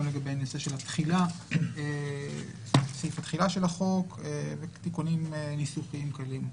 גם לגבי סעיף התחילה של החוק ותיקונים ניסוחיים קלים.